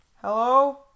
Hello